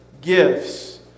gifts